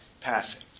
passing